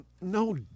No